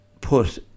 put